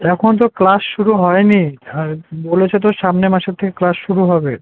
এখন তো ক্লাস শুরু হয় নি হ্যাঁ বলেছে তো সামনে মাসের থেকে ক্লাস শুরু হবে